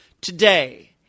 Today